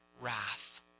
wrath